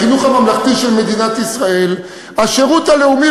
בחינוך הממלכתי של מדינת ישראל השירות הלאומי